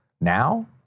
Now